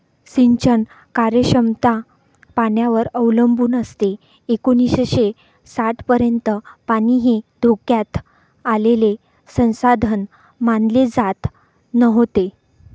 सिंचन कार्यक्षमता पाण्यावर अवलंबून असते एकोणीसशे साठपर्यंत पाणी हे धोक्यात आलेले संसाधन मानले जात नव्हते